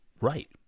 right